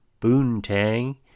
Boontang